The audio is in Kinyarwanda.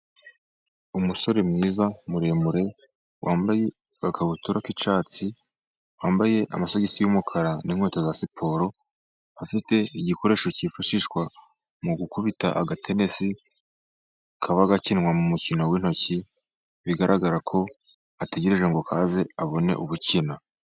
Umusore mwiza, muremure, wambaye agakabutura k'icyatsi, wambaye amasogisi y'umukara, n'inkweto za siporo, afite igikoresho cyifashishwa mu gukubita agatenesi kaba gakinwa mu mukino wintoki, bigaragara ko ategereje ngo kaze abone ubukina.